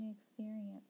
experience